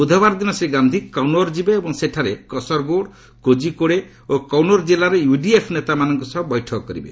ବୁଧବାର ଦିନ ଶ୍ରୀ ଗାନ୍ଧି କନୌର୍ ଯିବେ ଏବଂ ସେଠାରେ କସର୍ଗୋଡ୍ କୋଜିକୋଡେ ଓ କନୌର ଜିଲ୍ଲାର ୟୁଡିଏଫ୍ ନେତାମାନଙ୍କ ସହ ବୈଠକ କରିବେ